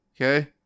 Okay